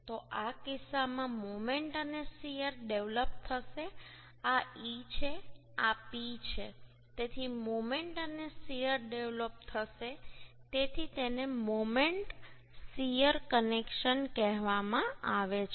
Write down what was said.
તો આ કિસ્સામાં મોમેન્ટ અને શીયર ડેવલપ થશે આ e છે આ P છે તેથી મોમેન્ટ અને શીયર ડેવલપ થશે તેથી તેને મોમેન્ટ શીયર કનેક્શન કહેવામાં આવે છે